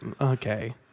okay